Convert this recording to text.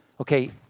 okay